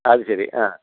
അത് ശരി ആ